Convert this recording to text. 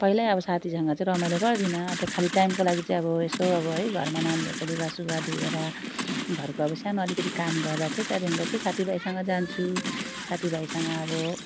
पहिल्यै अब साथीसँग चाहिँ रमाइलो गर्दिनँ त्यो खाली टाइमको लागि चाहिँ अब यसो अब है घरमा नानीहरूको लुगासुगा धोएर घरको अब सानो अलिकति काम गरेर चाहिँ त्यहाँदेखिको चाहिँ साथीभाइसँग जान्छु साथीभाइसँग अब